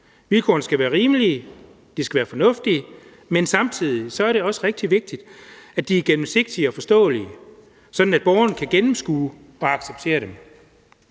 Vilkårene skal være rimelige, de skal være fornuftige, men samtidig er det også rigtig vigtigt, at de er gennemsigtige og forståelige, sådan at borgeren kan gennemskue og acceptere dem.